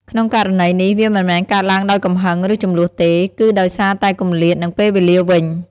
ក្នុងករណីនេះ វាមិនមែនកើតឡើងដោយកំហឹង ឬជម្លោះទេ គឺដោយសារតែគម្លាត និងពេលវេលាវិញ។